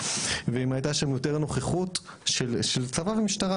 ואם הייתה שם יותר נוכחות של צבא ומשטרה,